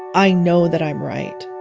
i know that i'm right